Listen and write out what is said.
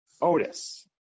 Otis